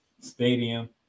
Stadium